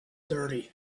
dirty